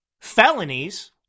felonies